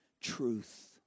truth